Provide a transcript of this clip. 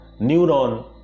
Neuron